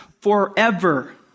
forever